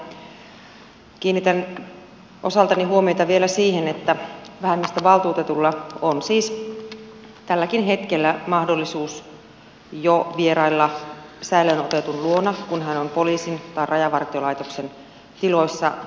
kiinnitän osaltani huomiota vielä siihen että vähemmistövaltuutetulla on siis jo tälläkin hetkellä mahdollisuus vierailla säilöön otetun luona kun hän on poliisin tai rajavartiolaitoksen tiloissa